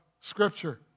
Scripture